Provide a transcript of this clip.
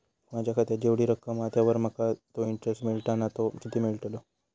माझ्या खात्यात जेवढी रक्कम हा त्यावर माका तो इंटरेस्ट मिळता ना तो किती मिळतलो?